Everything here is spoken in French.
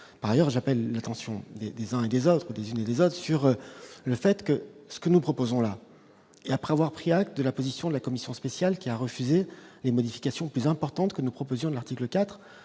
par ailleurs, j'appelle l'attention des uns et des autres, des sur le fait que ce que nous proposons là et après avoir pris acte de la position de la commission spéciale qui a refusé les modifications plus importantes que nous proposions de l'article IV,